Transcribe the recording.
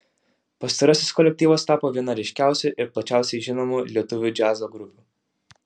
pastarasis kolektyvas tapo viena ryškiausių ir plačiausiai žinomų lietuvių džiazo grupių